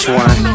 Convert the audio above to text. one